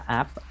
app